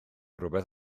rhywbeth